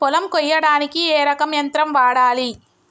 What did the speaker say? పొలం కొయ్యడానికి ఏ రకం యంత్రం వాడాలి?